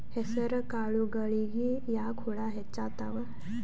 ಹೆಸರ ಕಾಳುಗಳಿಗಿ ಯಾಕ ಹುಳ ಹೆಚ್ಚಾತವ?